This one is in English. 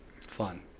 Fun